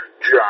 John